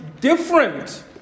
different